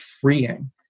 freeing